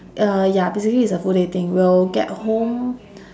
uh ya basically it's a full day thing we'll get home